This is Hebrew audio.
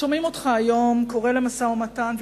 שומעים אותך היום קורא למשא-ומתן,